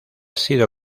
sido